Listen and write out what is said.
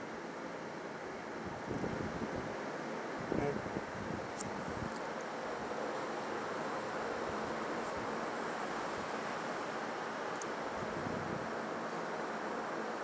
mm